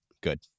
Good